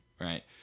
right